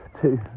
two